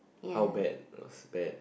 how bad was bad